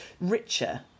richer